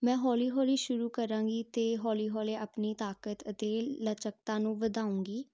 ਮੈਂ ਹੌਲੀ ਹੌਲੀ ਸ਼ੁਰੂ ਕਰਾਂਗੀ ਅਤੇ ਹੌਲੀ ਹੌਲੀ ਆਪਣੀ ਤਾਕਤ ਅਤੇ ਲਚਕਤਾ ਨੂੰ ਵਧਾਉਂਗੀ